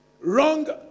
Wrong